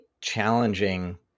challenging